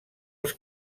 els